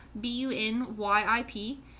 B-U-N-Y-I-P